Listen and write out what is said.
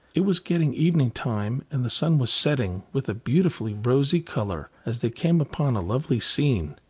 it was getting evening time, and the sun was setting with a beautiful rosy colour, as they came upon a lovely scene.